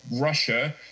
Russia